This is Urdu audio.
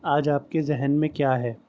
آج آپ کے ذہن میں کیا ہے